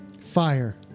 Fire